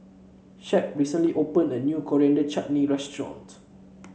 Shep recently opened a new Coriander Chutney Restaurant